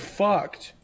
fucked